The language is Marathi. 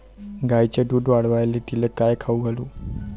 गायीचं दुध वाढवायले तिले काय खाऊ घालू?